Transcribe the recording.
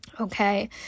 Okay